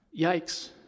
Yikes